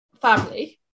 family